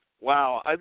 Wow